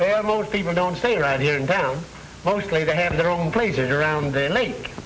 here most people don't stay right here in town mostly they have their own place around the lake